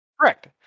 Correct